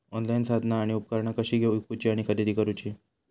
Online साधना आणि उपकरणा कशी ईकूची आणि खरेदी करुची?